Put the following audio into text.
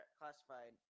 classified